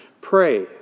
Pray